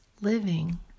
living